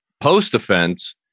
Post-offense